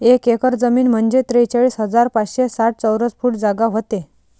एक एकर जमीन म्हंजे त्रेचाळीस हजार पाचशे साठ चौरस फूट जागा व्हते